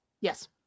yes